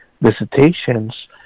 visitations